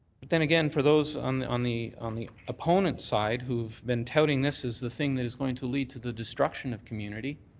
but then again for those on the on the on the opponents side who have been touting this as the thing that is going to lead to the destruction of community,